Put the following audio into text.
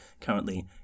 currently